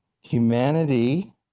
humanity